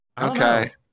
Okay